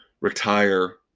retire